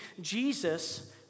Jesus